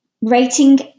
Rating